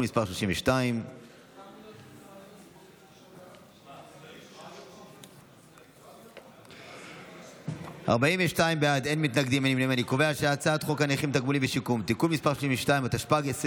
מס' 32). חוק הנכים (תגמולים ושיקום) (תיקון מס' 32),